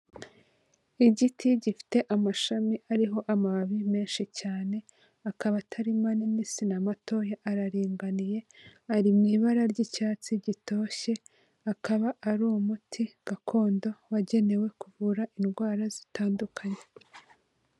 Igiti gifite amashami ariho amababi menshi cyane, akaba atari manini, si na matoya araringaniye, ari mu ibara ry'icyatsi gitoshye, akaba ari umuti gakondo wagenewe kuvura indwara zitandukanye.